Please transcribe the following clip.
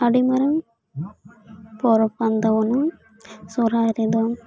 ᱟᱹᱰᱤ ᱢᱟᱨᱟᱝ ᱯᱚᱨᱚᱵ ᱠᱟᱱ ᱛᱟᱹᱵᱩᱱᱟ ᱥᱚᱦᱚᱨᱟᱭ ᱨᱮᱫᱚ